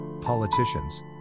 politicians